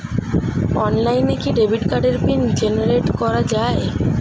অনলাইনে কি ডেবিট কার্ডের পিন জেনারেট করা যায়?